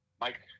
Mike